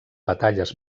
batalles